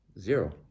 zero